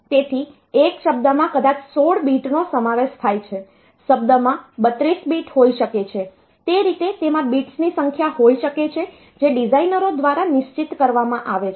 તેથી એક શબ્દમાં કદાચ 16 બીટનો સમાવેશ થાય છે શબ્દમાં 32 બીટ્સ હોઈ શકે છે તે રીતે તેમાં બિટ્સની સંખ્યા હોઈ શકે છે જે ડિઝાઇનરો દ્વારા નિશ્ચિત કરવામાં આવે છે